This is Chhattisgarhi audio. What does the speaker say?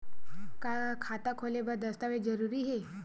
का खाता खोले बर दस्तावेज जरूरी हे?